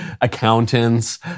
accountants